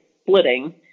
splitting